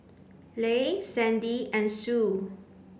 Leigh Sandy and Sue